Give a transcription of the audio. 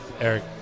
Eric